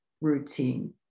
routine